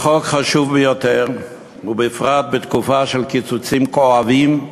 החוק חשוב ביותר, ובפרט בתקופה של קיצוצים כואבים,